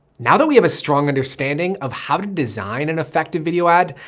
now that we have a strong understanding of how to design an effective video ad.